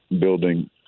building